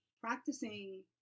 practicing